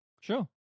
Sure